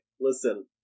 listen